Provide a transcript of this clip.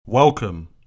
Welcome